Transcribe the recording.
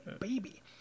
baby